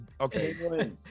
okay